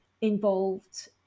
involved